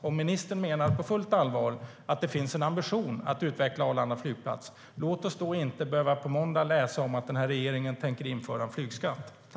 Om ministern på fullaste allvar menar att det finns en ambition att utveckla Arlanda flygplats, låt oss då inte behöva läsa på måndag att regeringen tänker införa en flygskatt.